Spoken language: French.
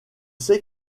c’est